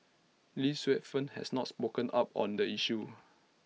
lee Suet Fern has not spoken up on the issue